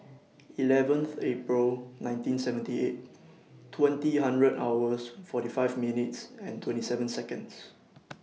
eleven April nineteen seventy eight twenty hundred hours forty five minutes and twenty seven Seconds